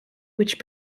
which